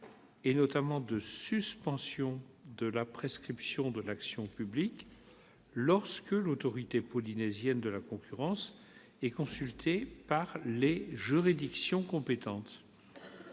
et notamment de suspension de la prescription de l'action publique lorsque l'autorité polynésienne de la concurrence est consultée par les juridictions compétentes ;